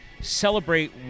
celebrate